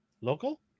Local